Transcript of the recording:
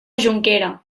jonquera